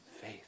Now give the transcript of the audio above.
faith